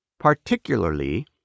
particularly